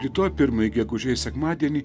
rytoj pirmąjį gegužės sekmadienį